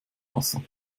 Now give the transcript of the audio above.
wasser